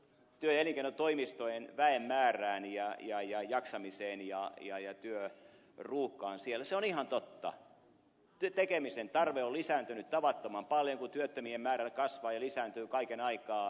mitä tulee vielä työ ja elinkeinotoimistojen väen määrään jaksamiseen ja työruuhkaan siellä se on ihan totta että tekemisen terve on lisääntynyt tavattoman paljon kun työttömien määrä kasvaa ja lisääntyy kaiken aikaa